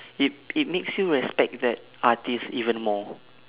it it makes you respect that artist even more